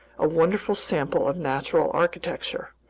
a wonderful sample of natural architecture.